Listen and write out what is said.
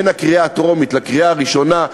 בין הקריאה הטרומית לקריאה הראשונה,